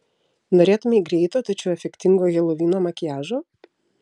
norėtumei greito tačiau efektingo helovino makiažo